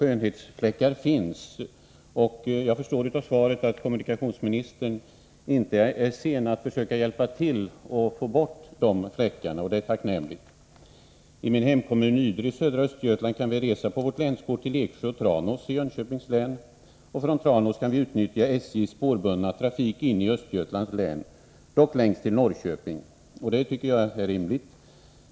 Skönhetsfläckar finns, och jag förstår av svaret att kommunikationsministern inte har något emot att försöka hjälpa till att få bort de fläckarna. Det är tacknämligt. I min hemkommun, Ydre i södra Östergötland, kan vi resa på vårt länskort till Eksjö och Tranås i Jönköpings län. Från Tranås kan vi utnyttja SJ:s spårbundna trafik in i Östergötlands län, dock längst till Norrköping. Det tycker jag är rimligt.